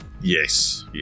Yes